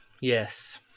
Yes